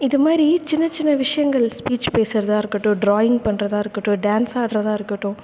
இது மாதிரி சின்ன சின்ன விஷயங்கள் ஸ்பீச் பேசுகிறதா இருக்கட்டும் ட்ராயிங் பண்றதாக இருக்கட்டும் டான்ஸ் ஆடுறதாக இருக்கட்டும்